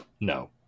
No